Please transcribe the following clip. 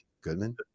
Goodman